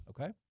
Okay